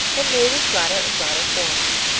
and made in flatter and broader forms.